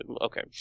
Okay